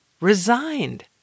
resigned